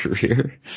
career